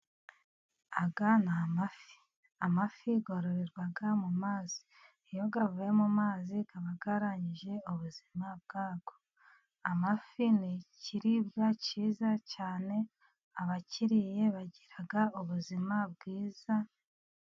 Aya ni amafi, amafi yorororerwa mu mazi, iyo aavuye mu mazi aba yarangije ubuzima bwayo. Amafi ni ikiribwa cyiza cyane abakiriye bagira ubuzima bwiza.